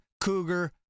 Cougar